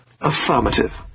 Affirmative